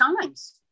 times